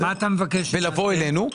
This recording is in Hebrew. ולבוא אלינו.